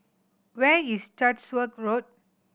where is Chatsworth Road